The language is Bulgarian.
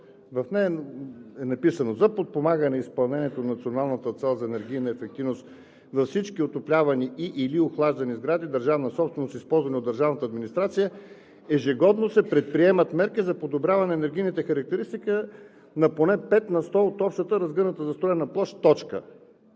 чл. 23, ал. 1: „За подпомагане изпълнението на националната цел за енергийна ефективност за всички отоплявани и/или охлаждани сгради държавна собственост, използвани от държавната администрация, ежегодно се предприемат мерки за подобряване на енергийната характеристика на поне 5 на сто от общата разгъната застроена площ.“ Как